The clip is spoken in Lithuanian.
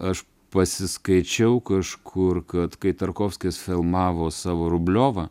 aš pasiskaičiau kažkur kad kai tarkovskis filmavo savo rubliovą